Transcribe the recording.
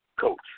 coach